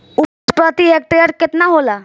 उपज प्रति हेक्टेयर केतना होला?